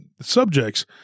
subjects